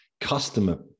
customer